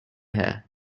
her